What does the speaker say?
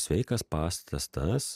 sveikas pastatas tas